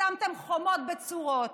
שמתם חומות בצורות,